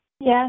Yes